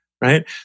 right